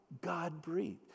God-breathed